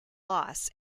loss